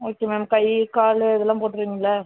okay ma'am கை கால் அதெல்லாம் போட்டிருவீங்கல்ல